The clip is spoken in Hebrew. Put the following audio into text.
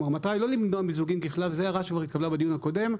כלומר מתי לא למנוע מיזוגים ככלל זה הערה שכבר התקבלה בדיון הקודם,